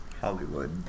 Hollywood